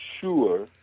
sure